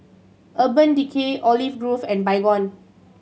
Urban Decay Olive Grove and Baygon